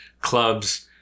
clubs